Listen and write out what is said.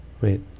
Wait